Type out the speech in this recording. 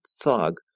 thug